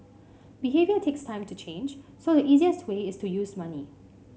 behaviour takes time to change so the easiest way is to use money